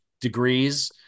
degrees